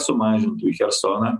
sumažinti į chersoną